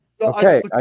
Okay